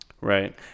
Right